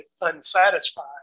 unsatisfied